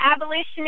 abolitionist